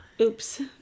Oops